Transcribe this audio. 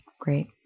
Great